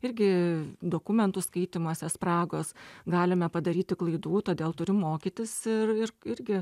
irgi dokumentų skaitymuose spragos galime padaryti klaidų todėl turim mokytis ir ir irgi